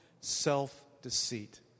self-deceit